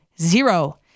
zero